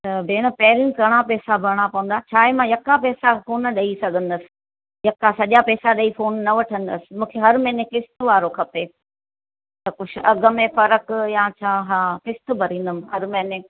त भेण पहिरीं घणा पैसा भरिणा पवंदा छा आहे मां यका पैसा कोन ॾेई सघंदसि यका सॼा पैसा ॾेई फोन न वठंदसि मूंखे हर महीने क़िस्त वारो खपे त कुझु अघु मे फ़र्क़ु या छा क़िस्त भरींदमि हर महीने